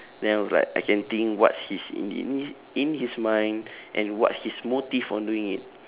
then I was like I can think what's his in in in his mind and what his motive for doing it